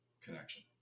connection